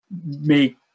make